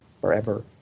forever